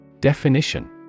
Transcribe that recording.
Definition